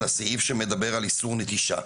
לסעיף שמדבר על איסור נטישה.